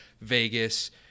Vegas